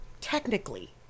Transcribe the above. technically